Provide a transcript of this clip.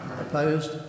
Opposed